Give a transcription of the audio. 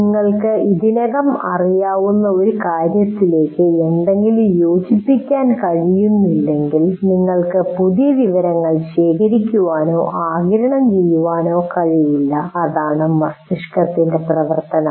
നിങ്ങൾക്ക് ഇതിനകം അറിയാവുന്ന ഒരു കാര്യത്തിലേക്ക് എന്തെങ്കിലും യോജിപ്പിക്കാൻ കഴിയുന്നില്ലെങ്കിൽ നിങ്ങൾക്ക് പുതിയ വിവരങ്ങൾ ശേഖരിക്കാനോ ആഗിരണം ചെയ്യാനോ കഴിയില്ല അതാണ് മസ്തിഷ്കത്തിന്റെ പ്രവർത്തനം